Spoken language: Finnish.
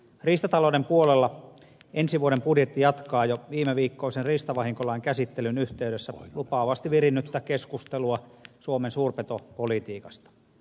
riistatalouden puolella ensi vuoden budjetti jatkaa jo viimeviikkoisen riistavahinkolain käsittelyn yhteydessä lupaavasti virinnyttä keskustelua suomen suurpetopolitiikasta